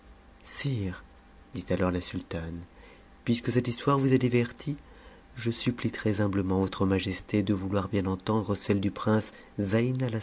dit alors la sultane puisque cette histoire vous a diverti je supplie trèshumblement votre majesté de vouloir bien entendre celle du prince